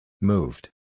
Moved